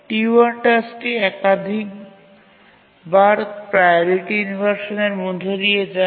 T1 টাস্কটি একাধিকবার priority ইনভারসানের মধ্যে দিয়ে যায়